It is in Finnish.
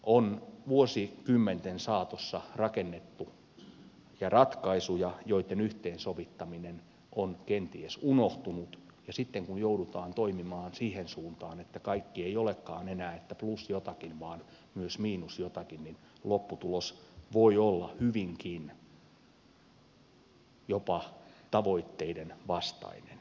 on vuosikymmenten saatossa rakennettuja ratkaisuja joitten yhteensovittaminen on kenties unohtunut ja sitten kun joudutaan toimimaan siihen suuntaan että kaikki ei olekaan enää plus jotakin vaan myös miinus jotakin niin lopputulos voi olla hyvinkin jopa tavoitteiden vastainen